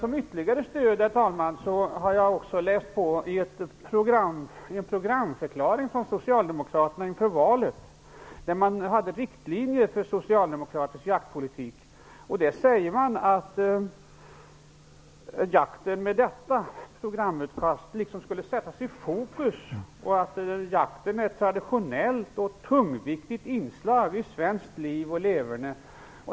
Som ytterligare stöd har jag också läst på i en programförklaring från Socialdemokraterna inför valet, där man hade riktlinjer för en socialdemokratisk jaktpolitik. Där säger man att jakten med detta programutkast skulle sättas i fokus och att jakten är ett traditionellt och tungviktigt inslag i svenskt liv och leverne.